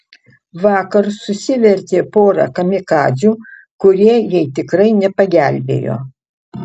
vakar susivertė porą kamikadzių kurie jai tikrai nepagelbėjo